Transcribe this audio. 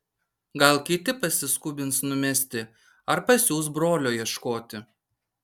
gal kiti pasiskubins numesti ar pasiųs brolio ieškoti